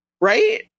Right